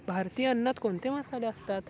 भारतीय अन्नात कोणते मसाले असतात